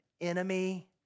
enemy